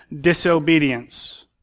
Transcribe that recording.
disobedience